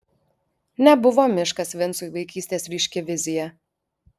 nebuvo miškas vincui vaikystės ryški vizija